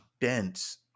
dense